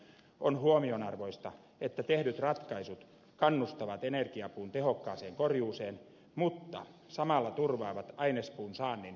on huomionarvoista että tehdyt ratkaisut kannustavat energiapuun tehokkaaseen korjuuseen mutta samalla turvaavat ainespuun saannin metsäteollisuudelle